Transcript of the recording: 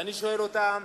ואני שואל אותם: